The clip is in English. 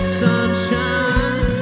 sunshine